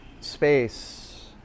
space